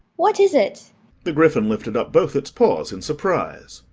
what is it the gryphon lifted up both its paws in surprise.